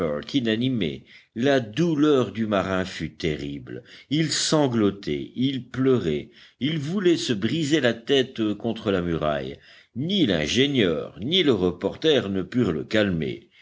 la douleur du marin fut terrible il sanglotait il pleurait il voulait se briser la tête contre la muraille ni l'ingénieur ni le reporter ne purent le calmer